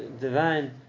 divine